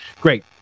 great